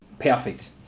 Perfect